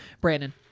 Brandon